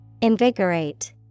Invigorate